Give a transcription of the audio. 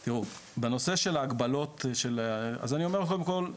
תראו, בנושא של ההגבלות, אז אני אומר קודם כל,